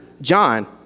John